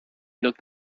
looked